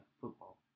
football